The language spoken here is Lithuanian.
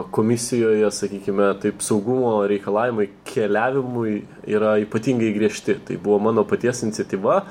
komisijoje sakykime taip saugumo reikalavimai keliavimui yra ypatingai griežti tai buvo mano paties iniciatyva